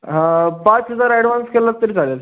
हां पाच हजार अॅडवान्स केलात तरी चालेल